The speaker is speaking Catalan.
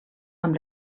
amb